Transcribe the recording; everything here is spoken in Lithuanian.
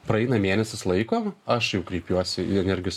praeina mėnesis laiko aš jau kreipiuosi į energijos